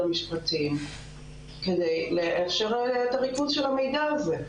המשפטים כדי לאפשר את הריכוז של המידע הזה.